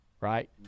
right